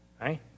right